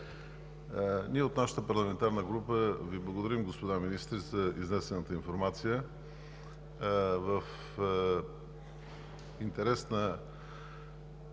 Ние от нашата парламентарна група Ви благодарим, господа министри, за изнесената информация. В интерес на